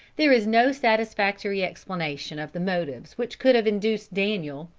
there is no satisfactory explanation of the motives which could have induced daniel,